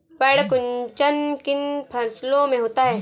पर्ण कुंचन किन फसलों में होता है?